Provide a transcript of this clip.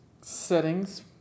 settings